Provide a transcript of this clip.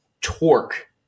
Torque